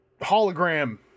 hologram